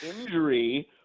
injury –